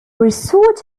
resort